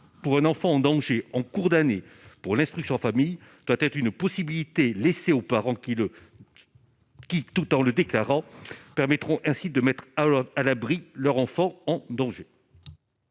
pour un enfant en danger en cours d'année pour l'instruction en famille doit être une possibilité laissée aux parents qui le qui, tout en le déclarant permettront ainsi de mettre à l'abri leur enfant en danger.